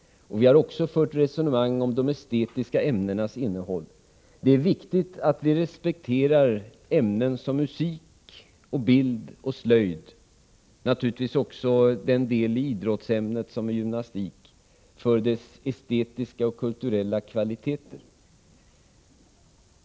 Vi har fört resonemang om de estetiska ämnenas innehåll. Det är viktigt att vi respekterar ämnen såsom musik, bild och slöjd samt naturligtvis också den del av idrottsämnet som utgörs av gymnastik för deras estetiska och kulturella kvaliteter.